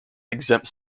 exempt